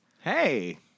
Hey